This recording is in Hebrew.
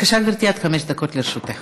בבקשה, גברתי, עד חמש דקות לרשותך.